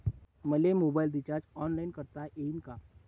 मले मोबाईलच recharge online करता येईन का?